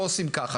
פה עושים כך.